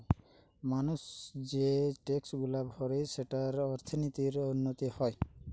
মানুষ যে ট্যাক্সগুলা ভরে সেঠারে অর্থনীতির উন্নতি হয়